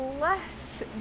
less